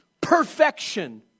Perfection